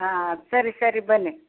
ಹಾಂ ಸರಿ ಸರಿ ಬನ್ನಿ